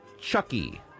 Chucky